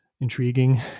intriguing